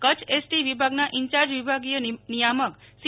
Kutch ST વિભાગના incharge વિભાગીય નિયામક સી